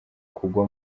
kugwa